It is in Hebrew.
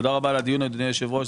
תודה רבה על הדיון, אדוני היושב-ראש.